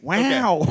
Wow